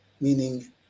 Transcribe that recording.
Meaning